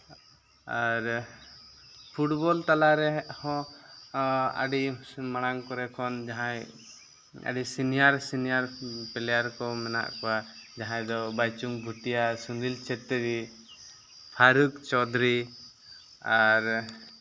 ᱟᱨ football ᱛᱟᱞᱟᱨᱮ ᱦᱚᱸ ᱟᱹᱰᱤ ᱢᱟᱲᱟᱝ ᱠᱚᱨᱮ ᱠᱷᱚᱱ ᱡᱟᱦᱟᱸᱭ ᱟᱹᱰᱤ ᱥᱤᱱᱤᱭᱟᱨ ᱥᱤᱱᱤᱭᱟᱨ ᱯᱞᱮᱭᱟᱨ ᱠᱚ ᱢᱮᱱᱟᱜ ᱠᱚᱣᱟ ᱡᱟᱦᱟᱸᱭ ᱫᱚ ᱵᱷᱟᱭᱪᱩᱝ ᱵᱷᱩᱴᱤᱭᱟ ᱥᱩᱱᱤᱞ ᱪᱷᱮᱛᱨᱤ ᱯᱷᱟᱨᱩᱠ ᱪᱳᱫᱷᱚᱨᱤ ᱟᱨ